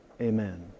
Amen